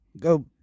go